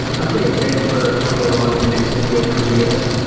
i'm pretty excited for how they evolve in the next year to two years.